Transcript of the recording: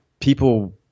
people